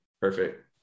Perfect